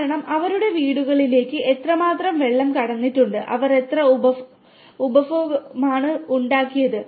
കാരണം അവരുടെ വീടുകളിലേക്ക് എത്രമാത്രം വെള്ളം കടന്നിട്ടുണ്ട് അവർ എന്ത് ഉപഭോഗമാണ് ഉണ്ടാക്കിയത്